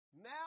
Now